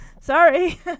sorry